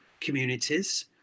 communities